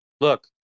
Look